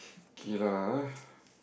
okay lah